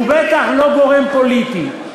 הוא בטח לא גורם פוליטי.